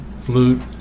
flute